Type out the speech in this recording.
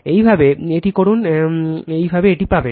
একইভাবে এটি করুন একইভাবে এটি পাবেন